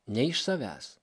ne iš savęs